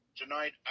tonight